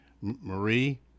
Marie